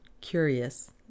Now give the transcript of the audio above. curious